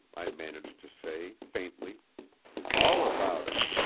i managed to say, faintly all about it.